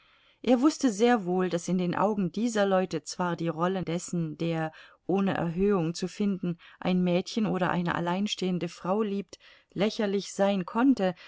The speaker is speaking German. er wußte sehr wohl daß in den augen dieser leute zwar die rolle dessen der ohne erhörung zu finden ein mädchen oder eine alleinstehende frau liebt lächerlich sein konnte